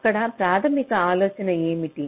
అక్కడ ప్రాథమిక ఆలోచన ఏమిటి